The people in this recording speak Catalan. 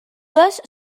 les